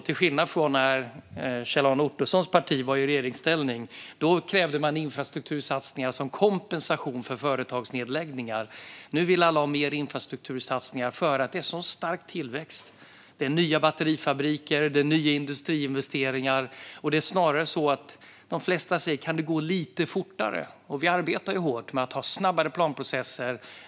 Till skillnad från när Kjell-Arne Ottossons parti var i regeringsställning, då man krävde infrastruktursatsningar som kompensation för företagsnedläggningar, vill nu alla ha mer infrastruktursatsningar för att det är så stark tillväxt. Det är nya batterifabriker och nya industriinvesteringar. Det är snarare så att de flesta säger: Kan det gå lite fortare? Vi arbetar hårt med att ha snabbare planprocesser.